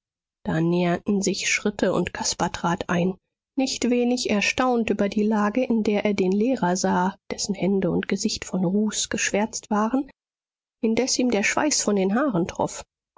da näherten sich schritte und caspar trat ein nicht wenig erstaunt über die lage in der er den lehrer sah dessen hände und gesicht von ruß geschwärzt waren indes ihm der schweiß von den